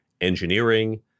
engineering